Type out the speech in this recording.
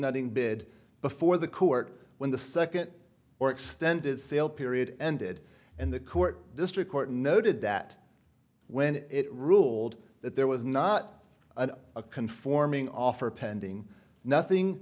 netting bid before the court when the second or extended sale period ended and the court district court noted that when it ruled that there was not an conforming offer pending nothing